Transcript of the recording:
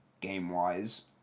game-wise